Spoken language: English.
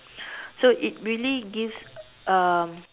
so it really gives um